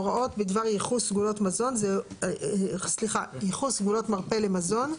הוראות בידי השר לעניין אורך חיי מדף,